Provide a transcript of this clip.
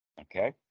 Okay